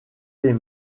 les